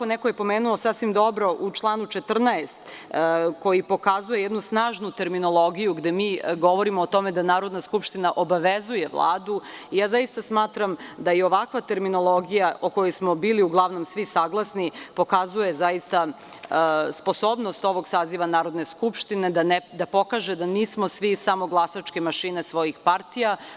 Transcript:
Neko je pomenuo sasvim dobro u članu 14. koji pokazuje jednu snažnu terminologiju, gde mi govorimo o tome da Narodna skupština obavezuje Vladu, i ja zaista smatram da ovakva terminologija, o kojoj smo bili uglavnom svi saglasni, pokazuje zaista sposobnost ovog saziva Narodne skupštine da pokaže da nismo svi samo glasačke mašine svojih partija.